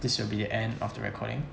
this will be the end of the recording